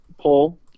Pull